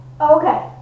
Okay